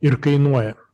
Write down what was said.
ir kainuoja